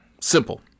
Simple